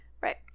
Right